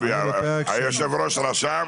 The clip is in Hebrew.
היושב ראש רשם.